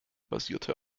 basierte